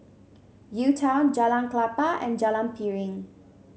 U Town Jalan Klapa and Jalan Piring